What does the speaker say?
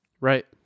right